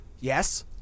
Yes